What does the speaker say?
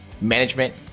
management